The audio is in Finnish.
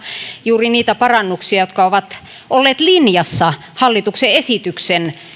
juuri niitä parannuksia jotka ovat olleet linjassa hallituksen esityksen